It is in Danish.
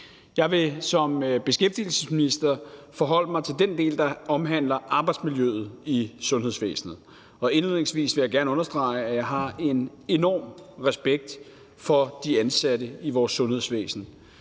Jeg vil som beskæftigelsesminister forholde mig til den del, der omhandler arbejdsmiljøet i sundhedsvæsenet. Indledningsvis vil jeg gerne understrege, at jeg har en enorm respekt for de ansatte i vores sundhedsvæsen.